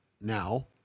now